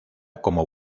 como